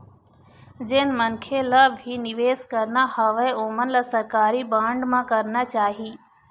जेन मनखे ल भी निवेस करना हवय ओमन ल सरकारी बांड म करना चाही